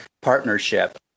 partnership